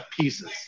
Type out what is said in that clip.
pieces